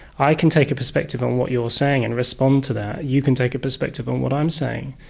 i can take a perspective on what you are saying and respond to that, you can take a perspective on what i'm saying.